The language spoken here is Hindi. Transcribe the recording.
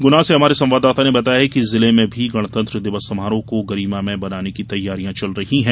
गुना से हमारे संवाददाता ने बताया है कि जिले में भी गणतंत्र दिवस समारोह को गरिमामय बनाने की तैयारियां चल रही हैं